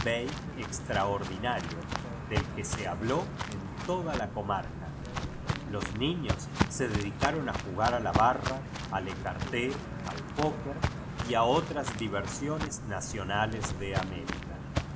extraordinario del que se habló en toda la comarca i os niños se dedicaron a jugar a la barra ai erarte al poker y a otras diversiones na ció nal es de américa